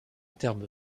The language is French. terme